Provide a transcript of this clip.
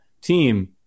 team